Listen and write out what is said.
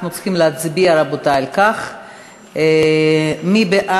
אנחנו צריכים להצביע על כך, רבותי.